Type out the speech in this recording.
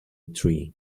tree